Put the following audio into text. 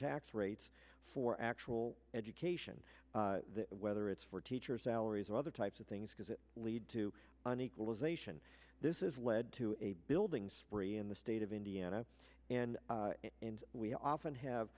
tax rates for actual education whether it's for teachers allergies or other types of things because it leads to an equalization this is led to a building spree in the state of indiana and we often have